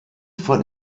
von